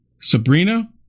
Sabrina